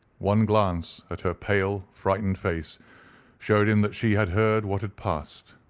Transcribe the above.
one glance at her pale, frightened face showed him that she had heard what had passed.